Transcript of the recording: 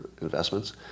investments